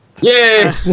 Yay